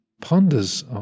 ponders